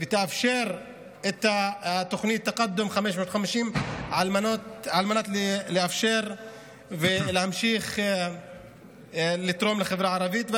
ותאפשר את התוכנית תקאדום 550 על מנת לאפשר להמשיך לתרום לחברה הערבית.